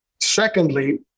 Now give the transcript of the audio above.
secondly